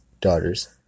daughters